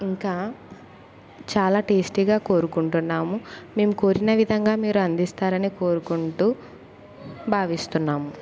ఇంకా చాలా టేస్టీగా కోరుకుంటున్నాము మేము కోరిన విధంగా మీరు అందిస్తారని కోరుకుంటూ భావిస్తున్నాము